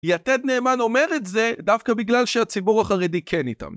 יתד נאמן אומר את זה דווקא בגלל שהציבור החרדי כן איתם.